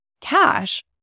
cash